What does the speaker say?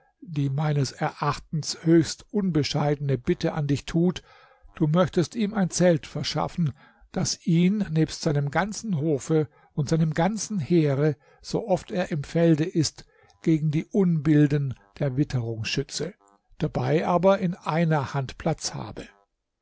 die meines erachtens höchst unbescheidene bitte an dich tut du möchtest ihm ein zelt verschaffen das ihn nebst seinem ganzen hofe und seinem ganzen heere so oft er im felde ist gegen die unbilden der witterung schütze dabei aber in einer hand platz habe